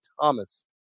Thomas